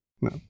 No